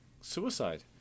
suicide